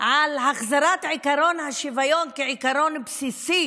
על החזרת עקרון השוויון כעיקרון בסיסי